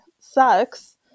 sucks